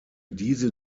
diese